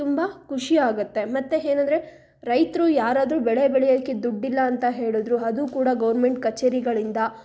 ತುಂಬ ಖುಷಿ ಆಗುತ್ತೆ ಮತ್ತೆ ಏನಂದ್ರೆ ರೈತರು ಯಾರಾದರೂ ಬೆಳೆ ಬೆಳೆಯೋಕೆ ದುಡ್ಡಿಲ್ಲ ಅಂತ ಹೇಳಿದ್ರು ಅದು ಕೂಡ ಗೌರ್ಮೆಂಟ್ ಕಚೇರಿಗಳಿಂದ